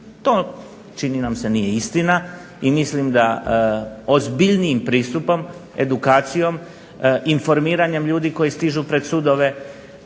To čini nam se nije istina i mislim da ozbiljnijim pristupom, edukacijom, informiranjem ljudi koji stižu pred sudove,